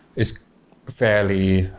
it's fairly,